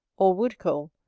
or wood coal,